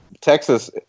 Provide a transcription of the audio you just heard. Texas